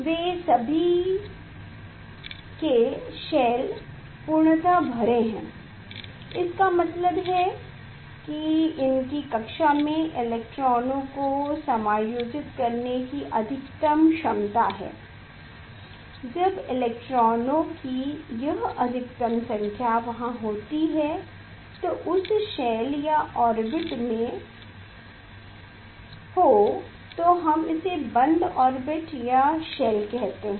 वे सभी के शेल पूर्णतः भरे हैं इसका मतलब है कि इनकी कक्षा में इलेक्ट्रॉनों को समायोजित करने की अधिकतम क्षमता है जब इलेक्ट्रॉनों की यह अधिकतम संख्या वहां होती है उस शेल या ऑर्बिट में हो तो हम इसे बंद ऑर्बिट या शेल कहते हैं